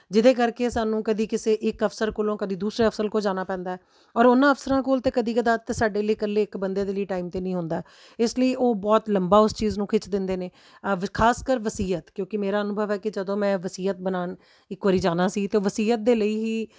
ਜਿਹਦੇ ਕਰਕੇ ਸਾਨੂੰ ਕਦੇ ਕਿਸੇ ਇੱਕ ਅਫਸਰ ਕੋਲੋਂ ਕਦੇ ਦੂਸਰੇ ਅਫਸਰ ਕੋਲ ਜਾਣਾ ਪੈਂਦਾ ਔਰ ਉਹਨਾਂ ਅਫਸਰਾਂ ਕੋਲ ਤਾਂ ਕਦੇ ਕਦਾਰ ਤਾਂ ਸਾਡੇ ਲਈ ਇਕੱਲੇ ਇੱਕ ਬੰਦੇ ਦੇ ਲਈ ਟਾਈਮ ਤਾਂ ਨਹੀਂ ਹੁੰਦਾ ਇਸ ਲਈ ਉਹ ਬਹੁਤ ਲੰਬਾ ਉਸ ਚੀਜ਼ ਨੂੰ ਖਿੱਚ ਦਿੰਦੇ ਨੇ ਖ਼ਾਸ ਕਰ ਵਸੀਅਤ ਕਿਉਂਕਿ ਮੇਰਾ ਅਨੁਭਵ ਹੈ ਕਿ ਜਦੋਂ ਮੈਂ ਵਸੀਅਤ ਬਣਾਉਣ ਇੱਕ ਵਾਰੀ ਜਾਣਾ ਸੀ ਤਾਂ ਵਸੀਅਤ ਦੇ ਲਈ ਹੀ